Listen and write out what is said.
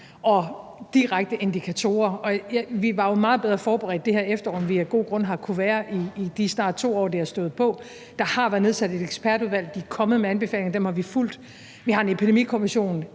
og direkte indikatorer. Vi var jo meget bedre forberedt i det her efterår, end vi af gode grunde har kunnet være i de snart 2 år, hvor det har stået på. Der har været nedsat et ekspertudvalg, de er kommet anbefalinger, og dem har vi fulgt. Vi har en Epidemikommission